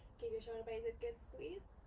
give your shoulder blades a good squeeze